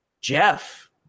Jeff